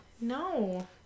no